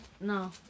No